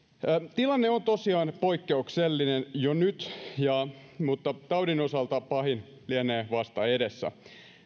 tilanne on tosiaan poikkeuksellinen jo nyt mutta taudin osalta pahin lienee vasta edessä